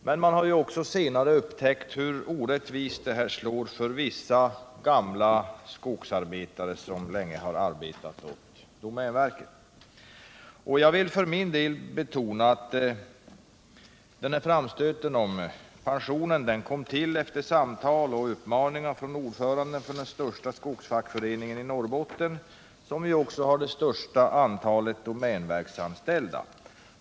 Men senare har man upptäckt hur orättvist systemet slår när det gäller vissa gamla skogsarbetare som länge arbetat för do = Nr 45 mänverket: ER Fredagen den För min del vill jag betona att framstöten om pensionen kom efter 9 december 1977 samtal med och uppmaningar från ordföranden för den största skogs= —— fackföreningen i Norrbotten, som också har det största antalet domän Övergångsbestämverksanställda.